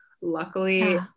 Luckily